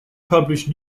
published